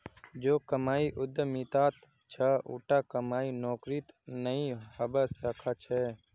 जो कमाई उद्यमितात छ उटा कोई नौकरीत नइ हबा स ख छ